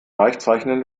weichzeichnen